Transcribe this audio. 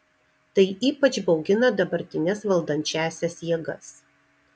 tai ypač baugina dabartines valdančiąsias jėgas